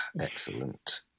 excellent